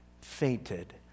fainted